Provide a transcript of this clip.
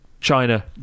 China